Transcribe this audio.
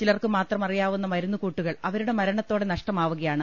ചിലർക്കു മാത്രമറിയാവുന്ന് മരുന്ന് കൂട്ടുകൾ അവരുടെ മരണത്തോടെ നഷ്ടമാവുകയാണ്